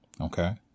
okay